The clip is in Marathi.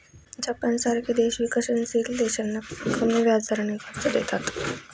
जपानसारखे देश विकसनशील देशांना कमी व्याजदराने कर्ज देतात